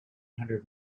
hundred